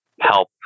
help